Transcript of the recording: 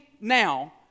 now